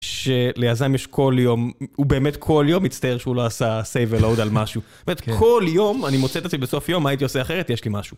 שליזם יש כל יום, הוא באמת כל יום מצטער שהוא לא עשה סייב ולואוד על משהו. באמת כל יום אני מוצא את עצמי בסוף יום, מה הייתי עושה אחרת? יש לי משהו.